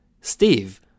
Steve